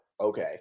okay